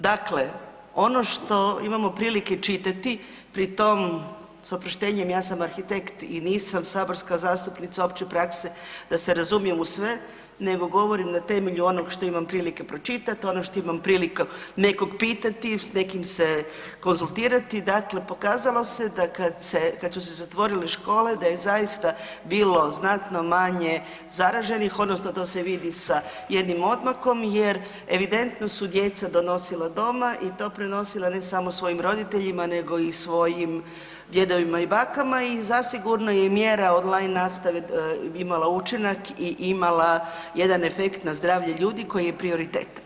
Dakle, ono što imamo prilike čitati pri tom s oproštenjem ja sam arhitekt i nisam saborska zastupnica opće prakse da se razumijem u sve nego govorim na temelju onog što imam prilike pročitat, ono što imam priliku nekog pitati, s nekim se konzultirati, dakle pokazalo se da kad se, kad su se zatvorile škole da je zaista bilo znatno manje zaraženih odnosno to se vidi sa jednim odmakom jer evidentno su djeca donosila doma i to prenosila ne samo svojim roditeljima nego i svojim djedovima i bakama i zasigurno je i mjera od online nastave imala učinak i imala jedan efekt na zdravlje ljudi koji je prioritet.